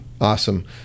Awesome